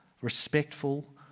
respectful